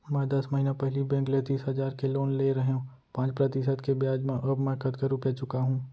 मैं दस महिना पहिली बैंक ले तीस हजार के लोन ले रहेंव पाँच प्रतिशत के ब्याज म अब मैं कतका रुपिया चुका हूँ?